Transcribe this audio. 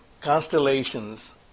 constellations